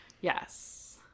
Yes